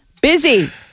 busy